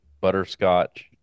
butterscotch